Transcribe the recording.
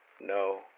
No